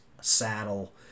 saddle